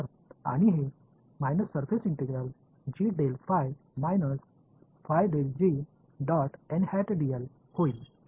எனவே இது ஆக மாறும் இது இங்கே உள்ளது